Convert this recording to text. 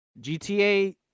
gta